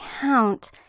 Count